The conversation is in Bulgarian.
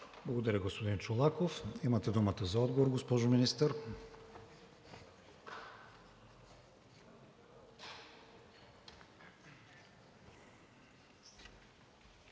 Благодаря, господин Чолаков. Имате думата за отговор, госпожо Министър.